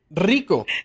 Rico